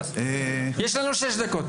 יש לנו שש דקות.